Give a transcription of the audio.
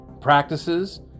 practices